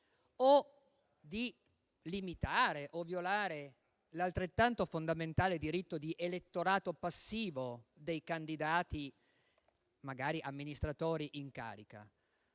o di limitare o violare l'altrettanto fondamentale diritto di elettorato passivo dei candidati, magari amministratori in carica.